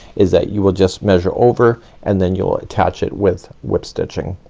is that you will just measure over, and then you'll attach it with whip stitching.